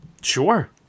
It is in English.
Sure